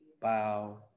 bow